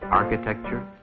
architecture